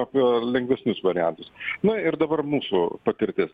apie lengvesnius variantus na ir dabar mūsų patirtis